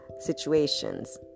situations